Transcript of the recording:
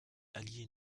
alliée